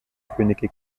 könige